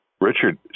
Richard